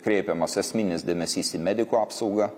kreipiamas esminis dėmesys į medikų apsaugą